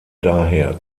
daher